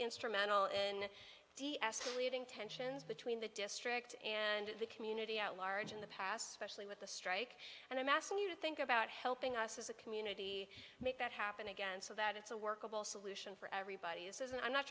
instrumental in de escalating tensions between the district and the community at large in the past specially with the strike and i'm asking you to think about helping us as a community make that happen again so that it's a workable solution for everybody is and i'm not